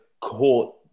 caught